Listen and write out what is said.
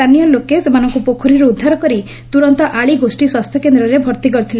ସ୍ଚାନୀୟ ଲୋକେ ସେମାନଙ୍କୁ ପୋଖରୀରୁ ଉଦ୍ଧାର କରି ତୁରନ୍ତ ଆଳି ଗୋଷୀ ସ୍ୱାସ୍ଥ୍ୟକେନ୍ଦରେ ଭର୍ତି କରିଥିଲେ